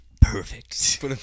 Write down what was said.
Perfect